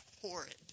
horrid